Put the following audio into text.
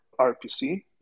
RPC